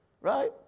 right